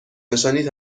نشانی